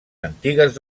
antigues